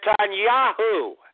Netanyahu